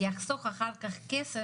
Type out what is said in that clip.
ואנחנו מעוניינים שאורכי התורים יירדו.